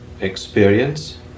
experience